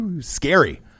scary